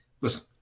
Listen